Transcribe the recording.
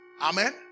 Amen